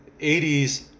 80s